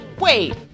Wait